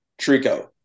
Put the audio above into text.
Trico